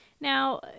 now